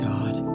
God